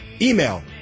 email